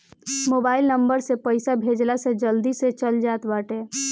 mobile number से पईसा भेजला से जल्दी से चल जात बाटे